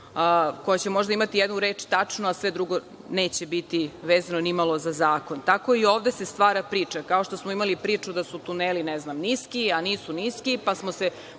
koja će možda imati jednu reč tačnu, a sve drugo neće biti vezano nimalo za zakon. Tako se i ovde stvara priča. Kao što smo imali priču da su tuneli, ne znam, niski, a nisu niski, pa smo se